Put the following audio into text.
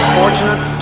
fortunate